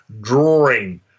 drawing